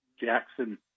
Jackson –